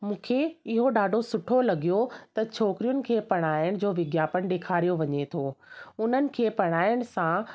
मूंखे इहो ॾाढो सुठो लॻियो त छोकिरियुनि खे पढ़ाइण जो विज्ञापन ॾेखारियो वञे थो उन्हनि खे पढ़ाइण सां